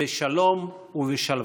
בשלום ובשלווה".